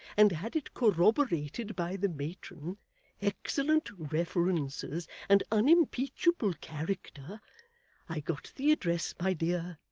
and had it corroborated by the matron excellent references and unimpeachable character i got the address, my dear,